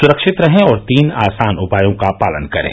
सुरक्षित रहें और तीन आसान उपायों का पालन करें